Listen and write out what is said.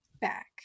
back